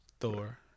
Thor